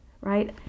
Right